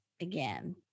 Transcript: again